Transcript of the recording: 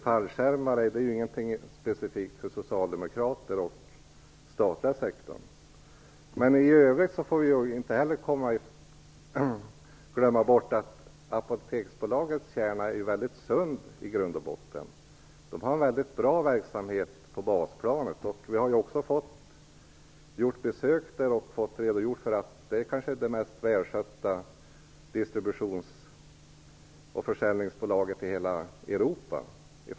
Fallskärmar är ju ingenting specifikt för socialdemokrater och den statliga sektorn. I övrigt får vi inte glömma bort att Apoteksbolagets kärna i grund och botten är väldigt sund. Man har en väldigt bra verksamhet på basplanet. Vi har gjort besök där och fått veta att det kanske är det mest välskötta distributions och försäljningsbolaget i hela Europa.